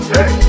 Hey